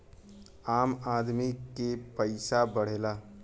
आम आदमी के पइसा बढ़ेला